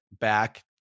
back